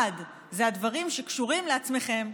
אחד, זה הדברים שקשורים לעצמכם,